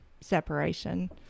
separation